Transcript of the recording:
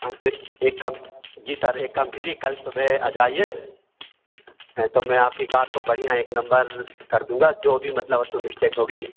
हाँ तो एक काम जी सर एक काम कीजिए कल सुबह आ जाइए हैं तो मैं आपकी कार को बढ़िया एक नंबर कर दूँगा जो भी मतलब उसमें मिस्टेक होगी